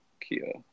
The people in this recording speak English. kia